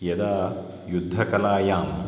यदा युद्धकलायाम्